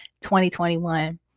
2021